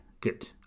Good